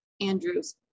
Andrews